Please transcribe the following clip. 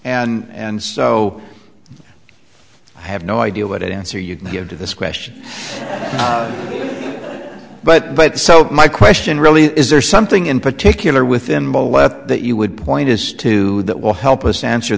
act and so i have no idea what answer you can give to this question but but so my question really is there something in particular within that you would point as to that will help us answer